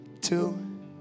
two